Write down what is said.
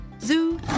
Zoo